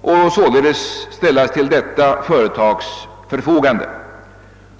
och således ställas till detta företags förfogande.